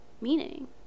meaning